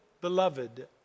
Beloved